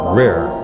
rare